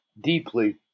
deeply